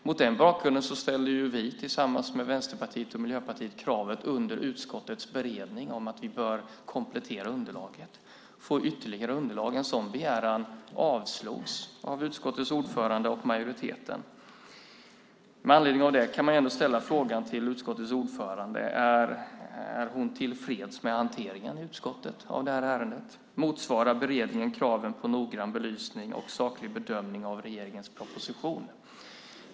Mot denna bakgrund ställde vi tillsammans med Vänsterpartiet och Miljöpartiet under utskottets beredning krav på att vi borde komplettera underlaget och få ytterligare underlag. En sådan begäran avslogs av utskottets ordförande och majoriteten. Men anledning av det kan jag ändå fråga utskottets ordförande om hon är tillfreds med hanteringen av detta ärende i utskottet. Motsvarar beredningen kraven på noggrann belysning och saklig bedömning av regeringens proposition?